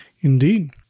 indeed